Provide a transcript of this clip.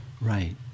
Right